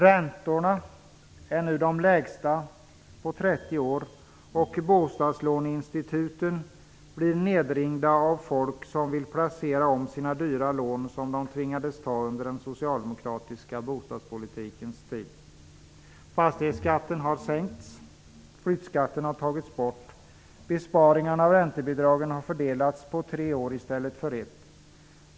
Räntorna är nu de lägsta på 30 år, och bostadslåneinstituten är nedringda av folk som vill placera om sina dyra lån som man tvingades ta under den socialdemokratiska bostadspolitikens tid. Fastighetsskatten har sänkts. Flyttskatten har tagits bort. Besparingarna av räntebidragen har fördelats på tre år i stället för på ett.